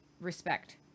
respect